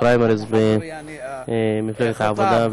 פריימריז במפלגת העבודה,